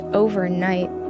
overnight